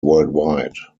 worldwide